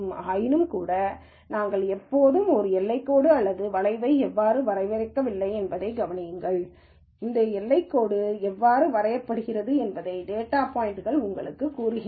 ஆயினும்கூட நாங்கள் எப்போதுமே ஒரு எல்லைக் கோடு அல்லது வளைவை எவ்வாறு வரையறுக்கவில்லை என்பதைக் கவனியுங்கள் இந்த எல்லை எவ்வாறு வரையப்படுகிறது என்பதை டேட்டா பாய்ன்ட்கள் உங்களுக்குக் கூறுகின்றன